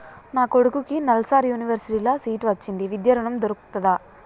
నా కొడుకుకి నల్సార్ యూనివర్సిటీ ల సీట్ వచ్చింది విద్య ఋణం దొర్కుతదా?